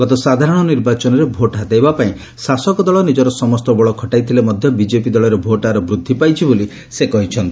ଗତ ସାଧାରଣ ନିର୍ବାଚନରେ ଭୋଟ ହାତେଇବା ପାଇଁ ଶାସକ ଦଳ ନିଜର ସମସ୍ତ ବଳ ଖଟାଇଥିଲେ ମଧ୍ଧ ବିଜେପି ଦଳରେ ଭୋଟହାର ବୃଦ୍ଧି ପାଇଛି ବୋଲି ସେ କହିଛନ୍ତି